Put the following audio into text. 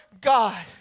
God